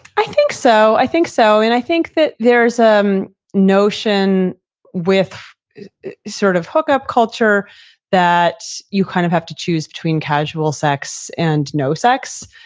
i think so. i think so. and i think that there's some um notion with sort of hookup culture that you kind of have to choose between casual sex and no sex.